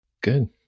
Good